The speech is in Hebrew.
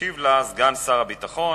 ישיב לה סגן שר הביטחון,